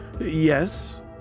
yes